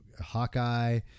Hawkeye